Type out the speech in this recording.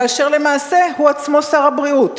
כאשר למעשה הוא עצמו שר הבריאות,